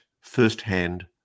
first-hand